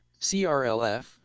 CRLF